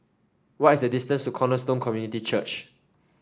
what is the distance to Cornerstone Community Church